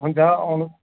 हुन्छ आउनुहोस्